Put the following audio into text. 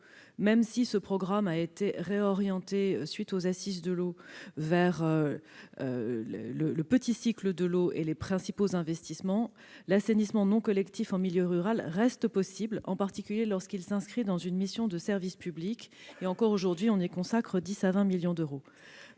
même si celui-ci a été réorienté, à la suite des assises de l'eau, vers le petit cycle de l'eau et les principaux investissements, l'assainissement non collectif en milieu rural reste possible, en particulier lorsqu'il s'inscrit dans une mission de service public. Encore aujourd'hui, on y consacre 10 millions à 20 millions d'euros.